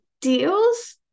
deals